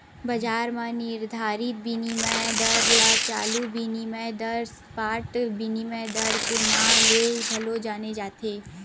बजार म निरधारित बिनिमय दर ल चालू बिनिमय दर, स्पॉट बिनिमय दर के नांव ले घलो जाने जाथे